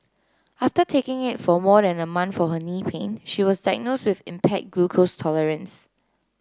after taking it for more than a month for her knee pain she was diagnosed with impaired glucose tolerance